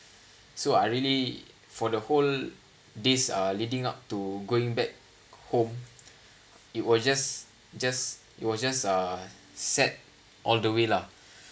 so I really for the whole these uh leading up to going back home it was just just it was just uh sad all the way lah